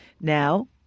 Now